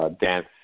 dance